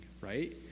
right